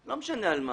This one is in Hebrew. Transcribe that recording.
ולא משנה על מה.